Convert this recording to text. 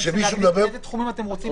כשמישהו מדבר --- באיזה תחומים אתם רוצים?